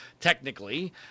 technically